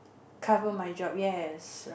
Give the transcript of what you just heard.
cover my job yes right